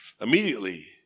Immediately